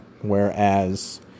Whereas